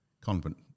Convent